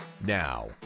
Now